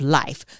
life